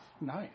Nice